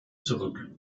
zurück